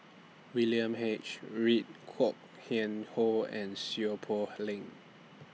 William H Read Kwok Kian Chow and Seow Poh Leng